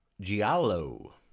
Giallo